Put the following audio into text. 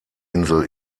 insel